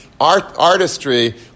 artistry